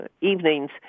evenings